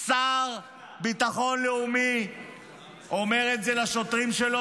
שר לביטחון לאומי אומר את זה לשוטרים שלו